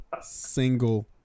single